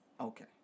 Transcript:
Okay